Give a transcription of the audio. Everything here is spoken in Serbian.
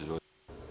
Izvolite.